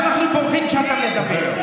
אתה רואה שאנחנו בורחים כשאתה מדבר.